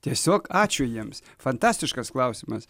tiesiog ačiū jiems fantastiškas klausimas